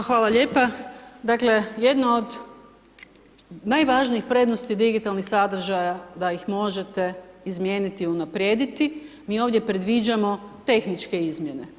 A hvala lijepa, dakle jedno od najvažnijih prednosti digitalnih sadržaja da ih možete izmijeniti, unaprijediti mi ovdje predviđamo tehničke izmjene.